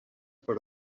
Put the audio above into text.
per